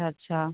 اچھا